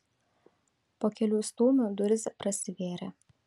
po kelių stūmių durys prasivėrė